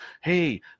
hey